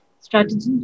strategy